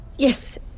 Yes